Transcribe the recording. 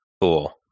Cool